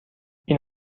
این